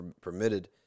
permitted